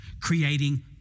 creating